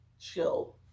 chill